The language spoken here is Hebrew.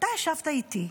אתה ישבת איתי.